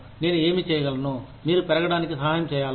నేను ఏమి చేయగలను మీరు పెరగడానికి సహాయం చేయాలా